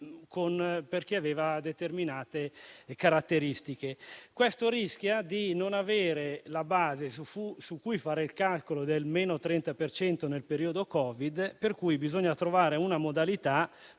per chi aveva determinate caratteristiche. Questo rischia di non avere la base su cui fare il calcolo del meno 30 per cento nel periodo Covid. Bisogna quindi trovare una modalità